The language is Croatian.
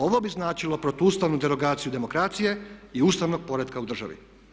Ovo bi značilo portuustavnu derogaciju demokracije i ustavnog poretka u državi.